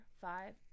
five